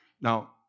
Now